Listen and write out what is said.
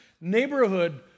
neighborhood